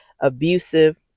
abusive